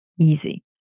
easy